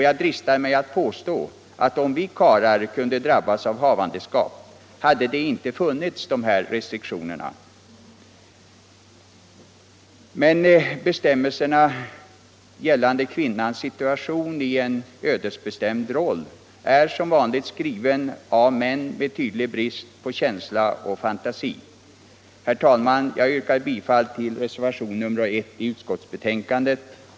Jag dristar mig att påstå, att om vi karlar kunde drabbas av ett havandeskap, hade inte dessa restriktioner för förlossningsvård utom det egna sjukvårdsområdet funnits. Men bestämmelserna gällande kvinnans situation i en ödesbestämd roll är som vanligt skrivna av män med tydlig brist på känsla och fantasi. - Herr talman! Jag yrkar bifall till reservationen I vid utskottets betänkande.